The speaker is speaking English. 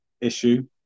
issue